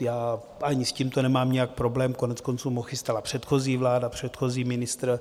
Já ani s tímto nemám nějak problém, koneckonců ho chystala předchozí vláda, předchozí ministr.